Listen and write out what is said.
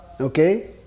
okay